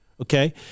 Okay